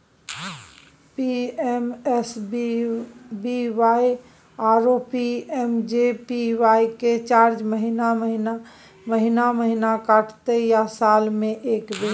PMSBY आरो PMJBY के charge महीने महीना कटते या साल म एक बेर?